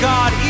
God